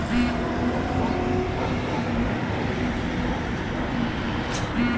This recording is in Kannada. ರೈತರಿಗೆ ಡಿಸ್ಕೌಂಟ್ ದರದಲ್ಲಿ ಬಿತ್ತನೆ ಬೀಜ ನೀಡಲು ಸರ್ಕಾರ ಚಿಂತಿಸಿದೆ